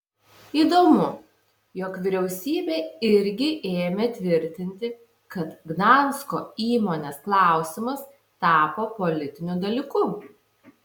įdomu jog vyriausybė irgi ėmė tvirtinti kad gdansko įmonės klausimas tapo politiniu dalyku